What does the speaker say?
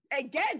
Again